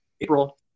April